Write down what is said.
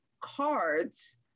cards